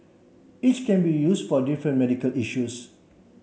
each can be use for different medical issues